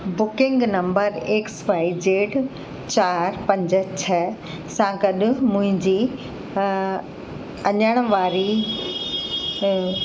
booking number X Y Z चार पंज छह सां गॾु मुंहिंजी अञण वारी